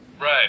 Right